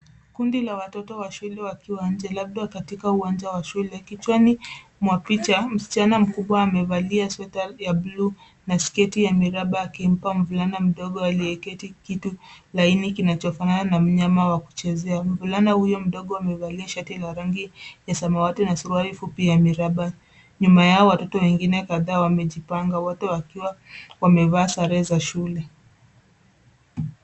Kundi la watoto wa shule wakiwa nje labda katika uwanja wa shule ya kichwani mwa picha. Msichana mkubwa amevalia suti ya bluu na sketi ya miraba akimpa mvulana mdogo aliyeketi kitu laini kinachofanana na mnyama wa kuchezea. Mvulana huyo mdogo amevalia shati la rangi ya samawati na suruali fupi ya miraba. Nyuma yao, watoto wengine kadhaa wamejipanga wote wakiwa wamevaa sare za shule.